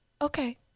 Okay